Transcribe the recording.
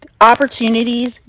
opportunities